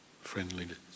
friendliness